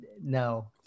No